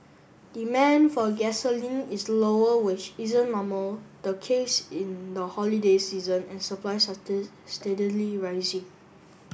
demand for gasoline is lower which isn't normal the case in the holiday season and supplies are steadily rising